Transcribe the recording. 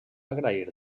agrair